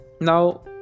Now